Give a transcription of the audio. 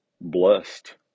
blessed